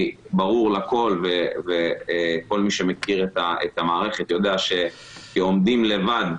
כל מי שמכיר את המערכת יודע שעומדים לבד,